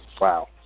wow